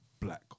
black